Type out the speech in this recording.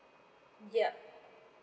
yup